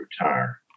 retire